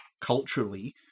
culturally